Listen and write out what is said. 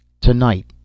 Tonight